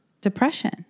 depression